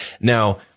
Now